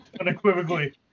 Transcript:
Unequivocally